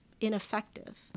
ineffective